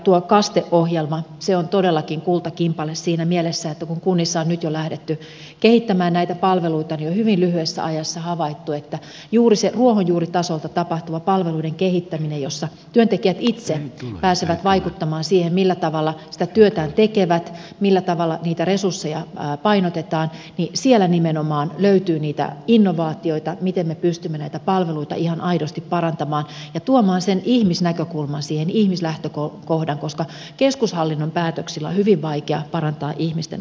tuo kaste ohjelma on todellakin kultakimpale siinä mielessä että kun kunnissa on nyt jo lähdetty kehittämään näitä palveluita niin on hyvin lyhyessä ajassa havaittu että juuri siinä ruohonjuuritasolta tapahtuvassa palveluiden kehittämisessä jossa työntekijät itse pääsevät vaikuttamaan siihen millä tavalla sitä työtään tekevät ja millä tavalla niitä resursseja painotetaan nimenomaan löytyy niitä innovaatioita miten me pystymme näitä palveluita ihan aidosti parantamaan ja tuomaan siihen sen ihmisnäkökulman ihmislähtökohdan koska keskushallinnon päätöksillä on hyvin vaikea parantaa ihmisten arkea